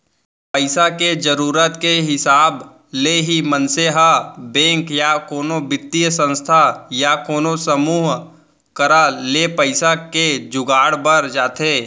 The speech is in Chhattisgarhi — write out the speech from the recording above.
पइसा के जरुरत के हिसाब ले ही मनसे ह बेंक या कोनो बित्तीय संस्था या कोनो समूह करा ले पइसा के जुगाड़ बर जाथे